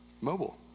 mobile